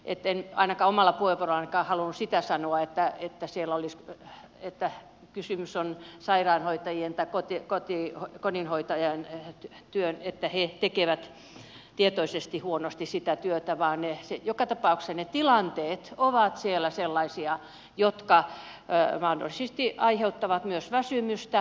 eteen aina kamala kuin rankkaa halusi en ainakaan omassa puheenvuorossani halunnut sitä sanoa että kysymys on sairaanhoitajien pääpotin kotiin kodinhoitajan sairaanhoitaja tai kodinhoitaja tekee tietoisesti huonosti sitä työtä vaan joka tapauksessa ne tilanteet ovat siellä sellaisia että ne mahdollisesti aiheuttavat myös väsymystä